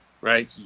right